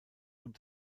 und